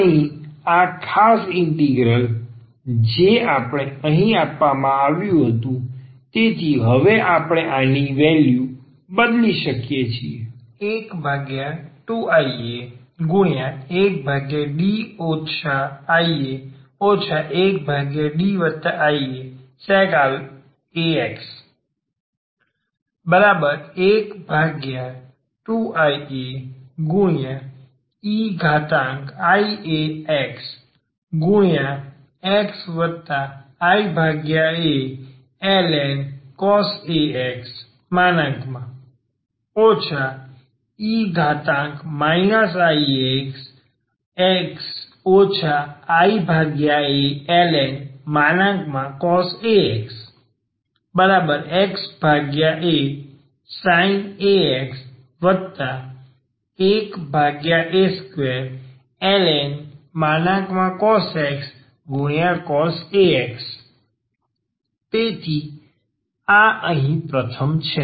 તેથી આ ખાસ ઇન્ટિગ્રલ જે અહીં આપવામાં આવ્યું હતું તેથી હવે આપણે આની વેલ્યૂ બદલી શકીએ 12ia1D ia 1Diasec ax 12iaeiaxxialn cos ax e iaxx ialn cos ax xasin ax 1a2ln |cos ax | cos ax તેથી આ અહીં પ્રથમ છે